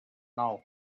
now